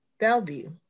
Bellevue